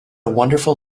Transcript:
wonderful